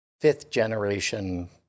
fifth-generation